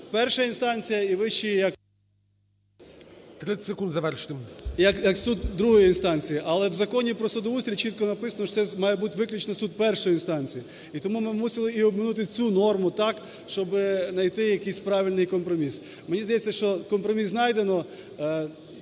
завершити. КНЯЗЕВИЧ Р.П. …як суд другої інстанції. Але в Законі про судоустрій чітко написано, що це має бути виключно суд першої інстанції. І тому ми мусили і обминути цю норму так, щоб найти якийсь правильний компроміс. Мені здається, що компроміс знайдено.